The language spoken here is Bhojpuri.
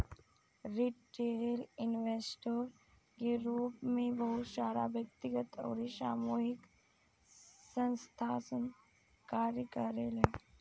रिटेल इन्वेस्टर के रूप में बहुत सारा व्यक्तिगत अउरी सामूहिक संस्थासन कार्य करेले